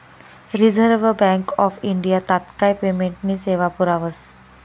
reserve bank of India तात्काय पेमेंटनी सेवा पुरावस